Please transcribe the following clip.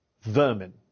Vermin